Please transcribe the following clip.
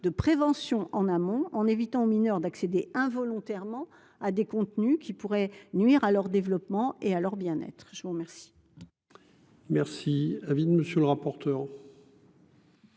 de prévention, en évitant en amont aux mineurs d’accéder involontairement à des contenus qui pourraient nuire à leur développement et à leur bien être. Quel